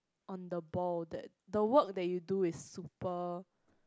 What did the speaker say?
on the ball that the work that you do is super